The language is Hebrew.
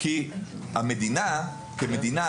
כי המדינה כמדינה,